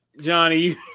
Johnny